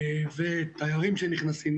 ותיירים שנכנסים,